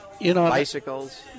Bicycles